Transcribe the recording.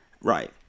Right